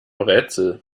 rätsel